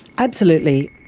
absolutely.